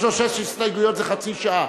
יש לו שש הסתייגויות זה חצי שעה,